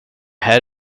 här